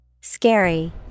Scary